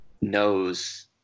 knows